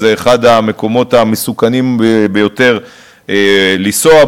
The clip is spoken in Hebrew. זה אחד המקומות המסוכנים ביותר לנסוע,